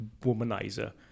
womanizer